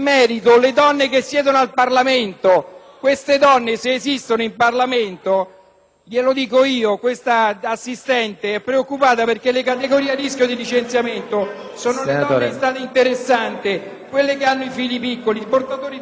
glielo dico io: questa assistente di volo è preoccupata perché le categorie a rischio di licenziamento sono le donne in stato interessante, quelle che hanno i figli piccoli, i portatori di handicap e chi non è in condizione di fare i turni di notte.